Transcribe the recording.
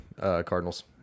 Cardinals